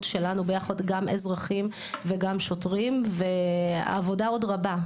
שלנו ביחד גם אזרחים וגם שוטרים והעבודה עוד רבה.